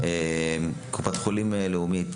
קופת חולים לאומית,